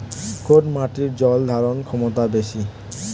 কোন মাটির জল ধারণ ক্ষমতা বেশি?